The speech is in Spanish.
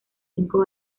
cinco